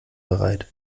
bereit